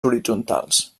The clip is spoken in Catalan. horitzontals